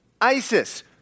ISIS